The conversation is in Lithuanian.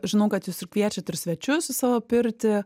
žinau kad jūs ir kviečiat ir svečius į savo pirtį